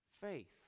Faith